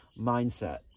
mindset